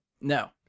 No